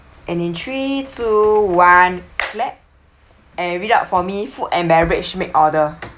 and in three two one clap and read out for me food and beverage make order